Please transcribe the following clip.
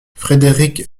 frederik